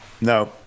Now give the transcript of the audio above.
no